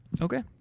okay